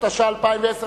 התש"ע 2010,